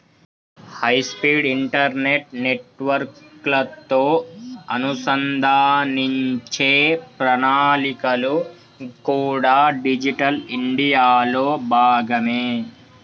high speed internet నెట్వర్క్లతో అనుసంధానించే ప్రణాళికలు కూడా డిజిటల్ ఇండియాలో భాగమే